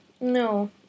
no